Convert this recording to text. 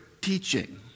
teaching